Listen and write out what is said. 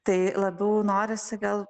tai labiau norisi gal